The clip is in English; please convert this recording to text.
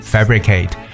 Fabricate